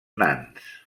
nans